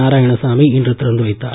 நாரானயணசாமி இன்று திறந்துவைத்தார்